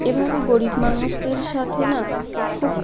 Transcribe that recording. এভাবে গরিব মানুষদের সাথে না খুব